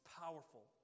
powerful